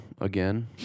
again